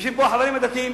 יושבים פה החברים הדתיים,